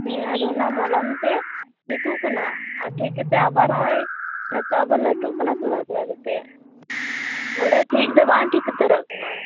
ᱦᱮᱸ ᱟᱫᱚ ᱚᱱᱟ ᱢᱚᱞᱚᱢᱛᱮ ᱴᱷᱤᱠᱚᱜ ᱠᱟᱱᱟ ᱟᱨ ᱴᱷᱤᱠ ᱠᱟᱛᱮᱫ ᱟᱵᱟᱨ ᱱᱚᱜ ᱚᱭ ᱱᱤᱛᱚᱜ ᱜᱮ ᱞᱟ ᱴᱩᱜ ᱠᱟᱱᱟ ᱛᱷᱚᱲᱟ ᱛᱷᱚᱲᱟ ᱠᱟᱛᱮ ᱵᱚᱞᱮ ᱴᱷᱤᱠ ᱫᱚ ᱵᱟᱝ ᱴᱷᱤᱠ ᱩᱛᱟ ᱨᱚᱜ ᱠᱟᱱᱟ